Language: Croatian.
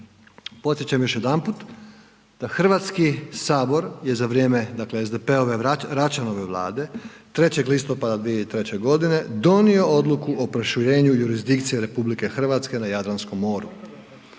Podsjećam još jedanput da Hrvatski sabor je za vrijeme dakle SDP-ove Račanove vlade 3. listopada 2003. godine donio odluku o proširenju jurisdikcije RH na Jadranskom moru,